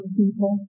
people